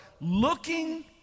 looking